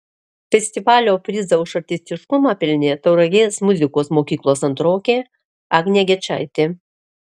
festivalio prizą už artistiškumą pelnė tauragės muzikos mokyklos antrokė agnė gečaitė